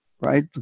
right